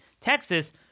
Texas